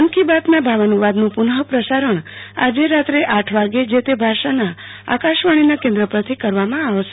મન કો બાત ના ભાવાનું વાદનું પુનઃપ્રસારણ આજે રાત્રે આઠ વાગ્ય જે તે ભાષાન આકાશવાણીના કેન્દ્રો પરથી કરવામાં આવશે